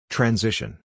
Transition